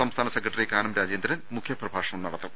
സംസ്ഥാന സെക്രട്ടറി കാനം രാജേന്ദ്രൻ മുഖ്യപ്രഭാഷണം നടത്തും